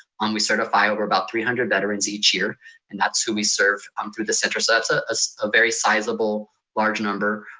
um we certify over about three hundred veterans each year and that's who we serve um through the center. so that's a ah so ah very sizable, large number.